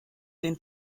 den